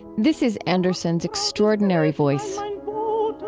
this is anderson's extraordinary voice um